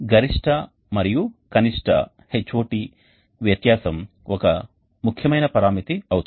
గరిష్ట మరియు కనిష్ట Hot వ్యత్యాసం ఒక ముఖ్యమైన పరామితి అవుతుంది